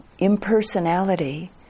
impersonality